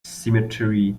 cemetery